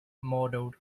modeled